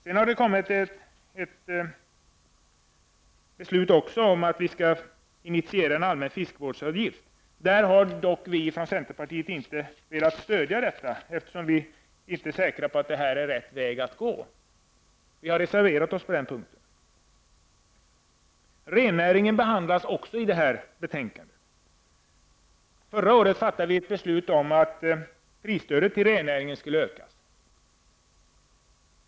Det har också föreslagits att man skulle initiera en allmän fiskevårdsavgift. Detta förslag har vi i centern inte velat stödja, eftersom vi inte är säkra på att detta är den rätta vägen att gå. Vi har alltså reserverat oss på den punkten. Frågan om rennäringen behandlas också i detta betänkande. Förra året fattade vi ett beslut om att prisstödet till rennäringen skulle ökas.